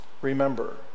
remember